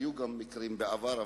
היו גם מקרים בעבר,